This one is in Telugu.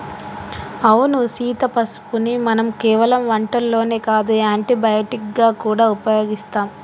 అవును సీత పసుపుని మనం కేవలం వంటల్లోనే కాదు యాంటీ బయటిక్ గా గూడా ఉపయోగిస్తాం